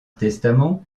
testament